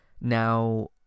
Now